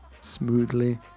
smoothly